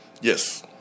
Yes